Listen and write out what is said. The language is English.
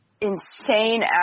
insane